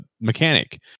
mechanic